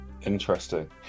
Interesting